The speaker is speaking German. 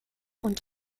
und